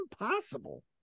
impossible